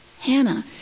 Hannah